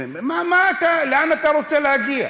לאן אתה רוצה להגיע?